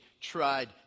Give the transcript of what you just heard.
tried